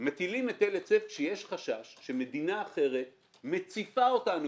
מטילים היטל היצף כשיש חשש שמדינה אחרת מציפה אותנו